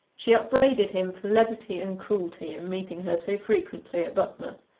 she upbraided him for levity and cruelty in meeting her so frequently at budmouth,